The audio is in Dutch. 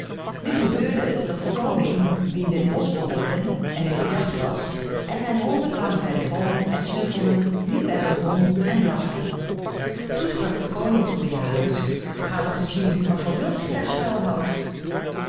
nu gebeurde het dat de koning wien dit bosch behoorde er in op jacht was en zijn honden kwamen bij den boom en snuffelden liepen er rondom en blaften toen sprak de koning tot de jagers ga toch eens zien wat voor wild zich daar schuil houdt